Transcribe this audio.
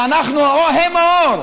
הם האור,